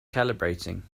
calibrating